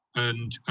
and